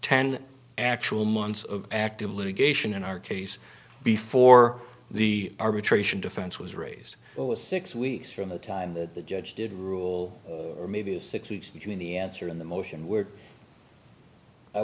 ten actual months of active litigation in our case before the arbitration defense was raised it was six weeks from the time that the judge did rule or maybe six weeks between the answer in the motion w